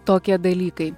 tokie dalykai